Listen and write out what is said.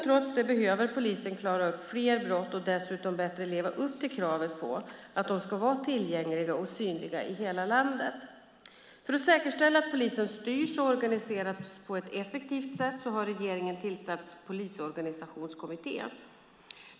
Trots det behöver polisen klara upp fler brott och dessutom bättre leva upp till kravet på att de ska vara tillgängliga och synliga i hela landet. För att säkerställa att polisen styrs och organiseras på ett effektivt sätt har regeringen tillsatt Polisorganisationskommittén.